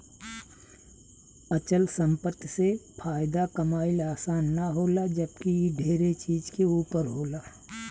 अचल संपत्ति से फायदा कमाइल आसान ना होला जबकि इ ढेरे चीज के ऊपर होला